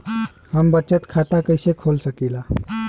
हम बचत खाता कईसे खोल सकिला?